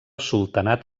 sultanat